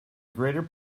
greater